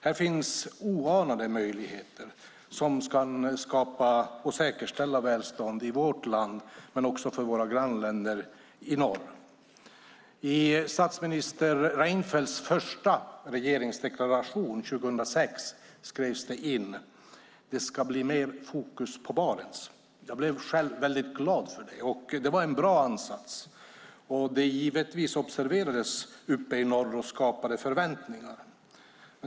Här finns oanade möjligheter som kan skapa och säkerställa välstånd i vårt land men också för våra grannländer i norr. I statsminister Reinfeldts första regeringsdeklaration 2006 skrevs det in att det skulle bli mer fokus på Barents. Jag blev själv väldigt glad för det. Det var en bra ansats som givetvis observerades uppe i norr och som skapade förväntningar.